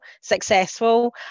successful